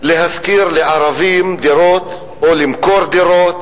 להשכיר לערבים דירות או למכור דירות.